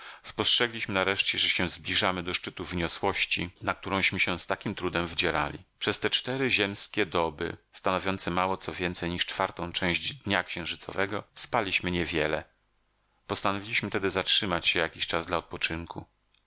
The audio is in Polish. spostrzegliśmy nareszcie że się zbliżamy do szczytu wyniosłości na którąśmy się z takim trudem wdzierali przez te cztery ziemskie doby stanowiące mało co więcej niż czwartą część dnia księżycowego spaliśmy nie wiele postanowiliśmy tedy zatrzymać się jakiś czas dla odpoczynku